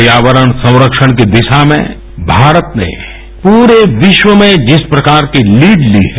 पर्यावरण संरक्षण की दिशा में भारत ने पूरे विश्व में जिस प्रकार की लीड ली है